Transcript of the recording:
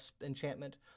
enchantment